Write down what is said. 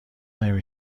نمی